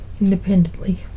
independently